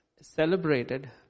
celebrated